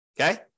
Okay